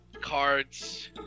Cards